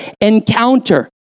encounter